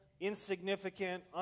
insignificant